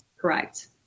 Correct